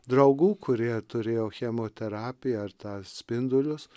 draugų kurie turėjo chemoterapiją ar tą spindulius